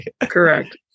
Correct